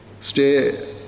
stay